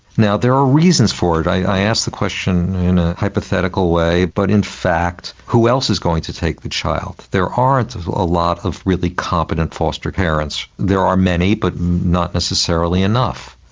there are reasons for it. i ask the question in a hypothetical way, but in fact who else is going to take the child? there aren't a lot of really competent foster parents. there are many, but not necessarily enough.